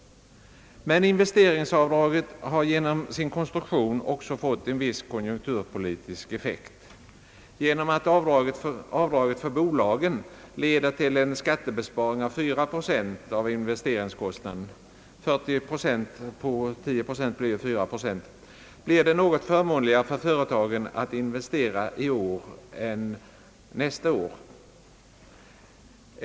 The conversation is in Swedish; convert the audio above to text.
Men investeringsskatten har genom sin konstruktion också fått en viss konjunkturpolitisk effekt. Genom att avdraget för bolagen leder till en skattebesparing av 4 procent av investeringskostnaden — 40 procent av 10 procent blir 4 procent — blir det något förmånligare för företagen att investera i år än vad det blir nästa år.